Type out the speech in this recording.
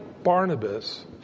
Barnabas